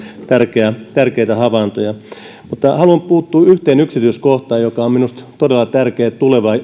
tärkeitä tärkeitä havaintoja mutta haluan puuttua yhteen yksityiskohtaan joka on minusta todella tärkeä